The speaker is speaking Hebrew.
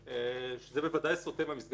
שוודאי סוטה מהמסגרת הרגילה הנורמטיבית,